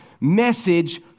message